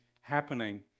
happening